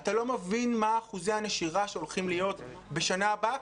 אתה לא מבין מה אחוזי הנשירה שהולכים להיות בשנה הבאה,